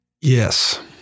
Yes